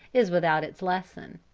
is without its lesson.